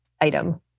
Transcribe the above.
item